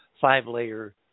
five-layer